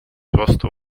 vastu